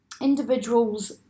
individuals